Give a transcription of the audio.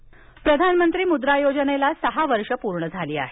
मुद्रा योजना प्रधानमंत्री मुद्रा योजनेला सहा वर्षं पूर्ण झाली आहेत